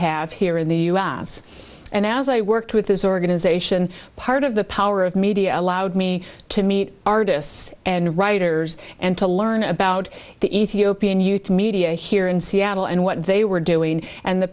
have here in the u s and as i worked with this organization part of the power of media allowed me to meet artists and writers and to learn about the ethiopian you media here in seattle and what they were doing and the